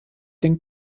den